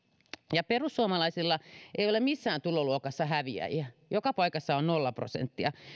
ja perussuomalaisilla ei ole missään tuloluokassa häviäjiä joka paikassa on nolla prosenttia